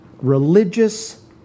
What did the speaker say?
Religious